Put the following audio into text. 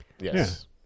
Yes